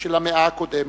של המאה הקודמת,